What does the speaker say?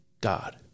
God